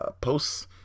posts